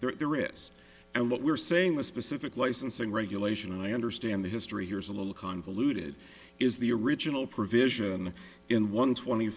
there is a lot we're saying with specific licensing regulation and i understand the history here is a little convoluted is the original provision in one twenty